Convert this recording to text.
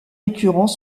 récurrents